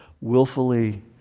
Willfully